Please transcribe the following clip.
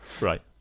Right